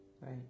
right